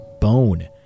bone